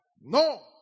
No